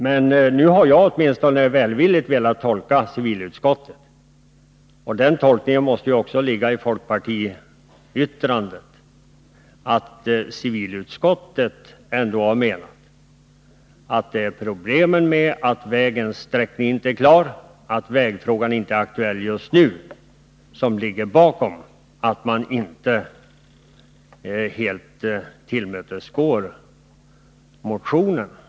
Men nu har åtminstone jag velat tolka civilutskottets skrivning välvilligt, nämligen att utskottet har menat att problemet att vägsträckningen ännu inte är klar och att vägfrågan inte är aktuell just nu ligger bakom att utskottet inte helt tillmötesgår kravet i motionen.